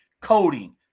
Coding